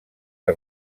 que